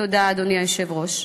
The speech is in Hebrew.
תודה, אדוני היושב-ראש.